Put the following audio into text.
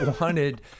wanted